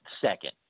second